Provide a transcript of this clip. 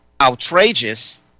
outrageous